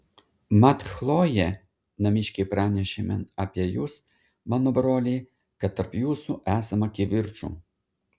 mat chlojė namiškiai pranešė man apie jus mano broliai kad tarp jūsų esama kivirčų